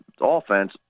offense